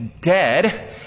dead